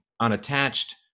unattached